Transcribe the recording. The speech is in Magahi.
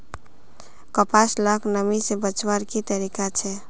कपास लाक नमी से बचवार की तरीका छे?